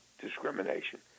discrimination